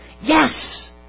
Yes